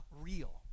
real